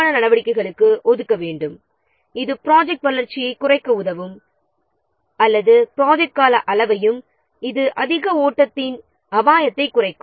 இது ப்ராஜெக்ட் மேம்பாடு அல்லது ப்ராஜெக்ட் காலத்தை குறைக்க உதவும் மேலும் இது ப்ராஜெக்ட்டை அதிகமாக இயக்கும் அபாயத்தை குறைக்கும்